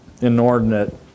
inordinate